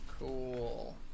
Cool